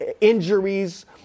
injuries